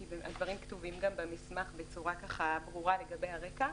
כי הדברים כתובים גם במסמך בצורה ברורה לגבי הרקע,